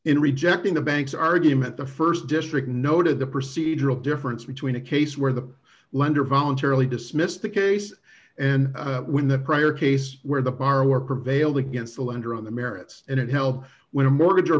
in rejecting the bank's argument the st district noted the procedural difference between a case where the lender voluntarily dismissed the case and when the prior case where the borrower prevailed against the lender on the merits and it helps when a mortgage or